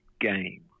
game